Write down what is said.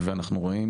ואנחנו רואים